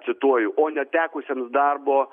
cituoju o netekusiems darbo